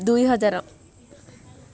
ଦୁଇ ହଜାର